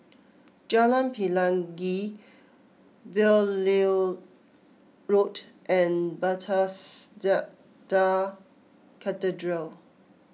Jalan Pelangi Beaulieu Road and Bethesda Cathedral